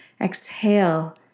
exhale